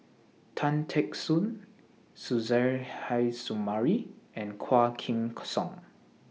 Tan Teck Soon Suzairhe Sumari and Quah Kim Song